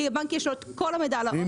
כי לבנק יש את כל המידע על הלקוחות שלו.